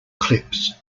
clips